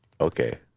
Okay